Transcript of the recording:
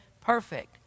perfect